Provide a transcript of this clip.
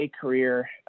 career